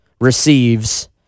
receives